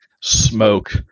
smoke